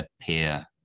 appear